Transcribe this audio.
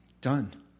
done